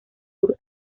sur